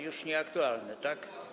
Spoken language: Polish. Już nieaktualne, tak?